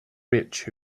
rich